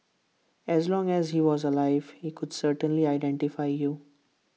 as long as he was alive he could certainly identify you